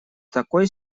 такой